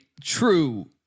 true